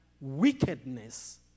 wickedness